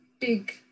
big